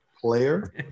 player